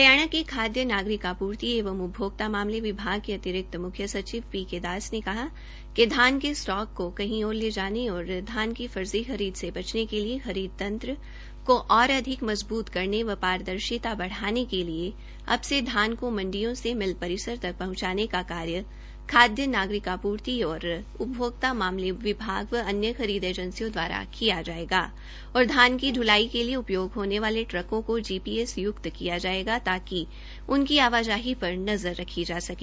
हरियाणा के खाद्य नागरिक आपूर्ति एवं उपभोक्ता मामले विभाग के अतिरिक्त म्ख्य सचिव पी के दास ने कहा कि धान के स्टॉक को कही ओर ले जाने और धान की फर्जी खरीद से बचने के लिए खरीद तंत्र को और अधिक मजबूत करने व पारदर्शिता बढ़ाने के लिए अब से धान को मंडियों से मिल परिसर तक पहंचाने का कार्य खाद्यनागरिक आपूर्ति और उपभोक्ता मामले विभाग व अन्य खरीद एजेंसियों दवारा किया जाएगा और धान की ढ़लाई के लिए उपयोग होने वाले ट्रकों को जीपीएस य्क्त किया जाएगा ताकि उनकी आवाजाही पर नजर रखी जा सके